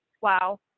wow